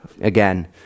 again